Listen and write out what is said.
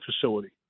facility